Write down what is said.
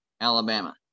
Alabama